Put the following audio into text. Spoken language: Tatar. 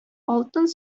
алтын